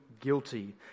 guilty